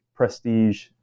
prestige